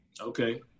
Okay